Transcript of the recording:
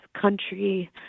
country